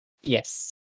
Yes